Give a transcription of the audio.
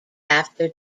after